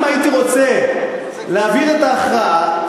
אם הייתי רוצה להעביר את ההכרעה,